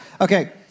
Okay